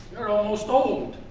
you're almost old.